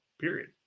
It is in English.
period